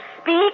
speak